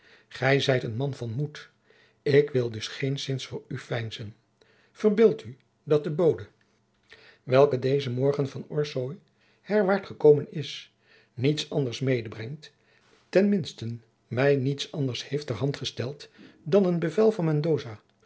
gij zijt een man van moed ik wil dus geenszins voor u veinzen verbeeld u dat de bode welke dezen morgen van orsoy herwaart gekomen is niets anders medebrengt ten minsten mij niets anders heeft ter hand gesteld dan een bevel van